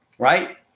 right